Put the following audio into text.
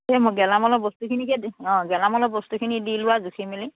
মোৰ গেলামালৰ বস্তুখিনিকে গেলামালৰ বস্তুখিনি দি লোৱা জুখি মিলি